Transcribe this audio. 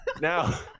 Now